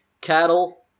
Cattle